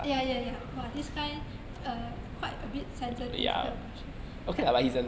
ya ya ya !wah! this kind quite a bit sensitive kind of question but